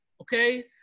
Okay